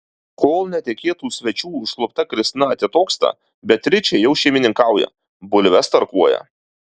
kol netikėtų svečių užklupta kristina atitoksta beatričė jau šeimininkauja bulves tarkuoja